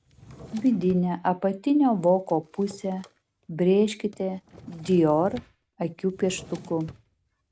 vidinę apatinio voko pusę brėžkite dior akių pieštuku